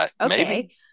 Okay